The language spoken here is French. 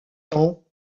temps